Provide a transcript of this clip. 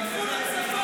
לא הממשלה הכושלת שלכם,